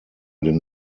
den